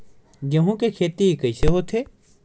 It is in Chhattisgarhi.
गेहूं के खेती कइसे होथे?